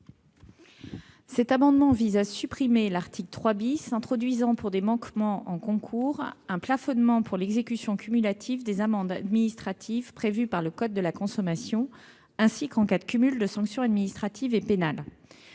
Cet amendement vise à supprimer l'article 3, qui a introduit pour des manquements en concours un plafonnement pour l'exécution cumulative des amendes administratives prévues par le code de la consommation, ainsi qu'en cas de cumul de sanctions administratives et pénales.